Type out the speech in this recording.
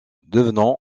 devenant